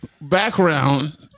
background